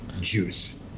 juice